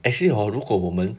actually hor 如果我们